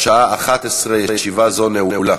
בשעה 11:00. ישיבה זו נעולה.